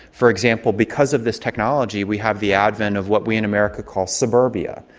for example, because of this technology, we have the advent of what we in america call suburbia.